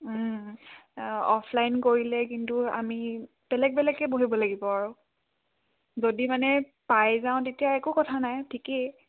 offline কৰিলে কিন্তু আমি বেলেগ বেলেগকৈ বহিব লাগিব আৰু যদি মানে পাই যাওঁ তেতিয়া একো কথা নাই ঠিকেই